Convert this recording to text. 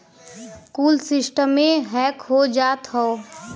कुल सिस्टमे हैक हो जात हौ